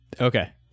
Okay